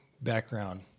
background